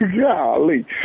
Golly